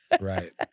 Right